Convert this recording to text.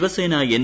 Shiv Sena N